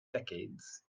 decades